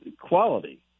quality